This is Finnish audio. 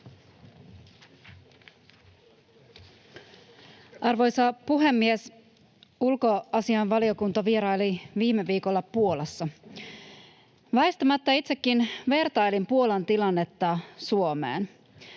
Arvoisa puhemies! Ulkoasiainvaliokunta vieraili viime viikolla Puolassa. Väistämättä itsekin vertailin Puolan tilannetta Suomeen.